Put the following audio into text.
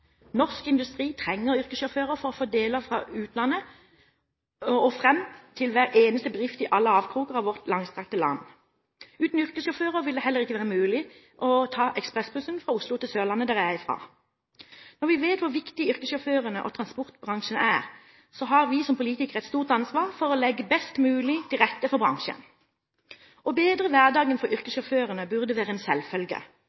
Norsk industri trenger yrkessjåfører for å få deler fra utlandet og fram til hver eneste bedrift i alle avkroker i vårt langstrakte land. Uten yrkessjåfører ville det heller ikke være mulig å ta ekspressbussen fra Oslo til Sørlandet, som jeg er fra. Når vi vet hvor viktig yrkessjåførene og transportbransjen er, har vi som politikere et stort ansvar for å legge best mulig til rette for bransjen. Å bedre hverdagen for